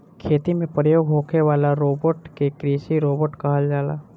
खेती में प्रयोग होखे वाला रोबोट के कृषि रोबोट कहल जाला